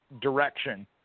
direction